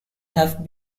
have